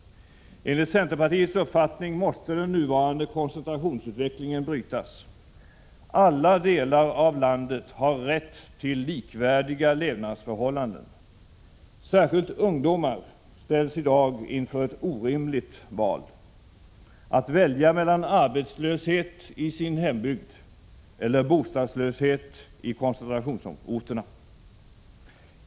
Enligt centerpartiets uppfattning måste den nuvarande koncentrationsutvecklingen brytas. Alla delar av landet har rätt till likvärdiga levnadsförhållanden. Särskilt ungdomar ställs i dag inför ett orimligt val, att välja mellan arbetslöshet i sin hembygd eller bostadslöshet i koncentrationsorterna.